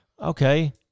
okay